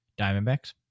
Diamondbacks